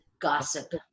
gossip